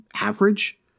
average